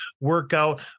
workout